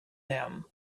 them